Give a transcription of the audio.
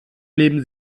leben